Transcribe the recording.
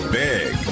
big